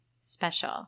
special